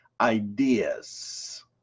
ideas